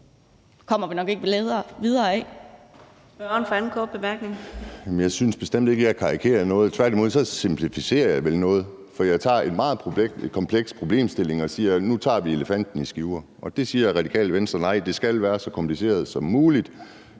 bemærkning. Kl. 13:54 Kim Edberg Andersen (DD): Jeg synes bestemt ikke, at jeg karikerer noget. Tværtimod simplificerer jeg vel noget, for jeg tager en meget kompleks problemstilling og siger, at nu tager vi elefanten i skiver. Og Radikale Venstre siger, at det skal være så kompliceret som muligt,